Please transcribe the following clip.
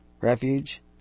Refuge